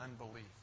unbelief